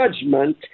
judgment